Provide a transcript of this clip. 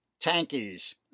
tankies